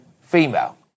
female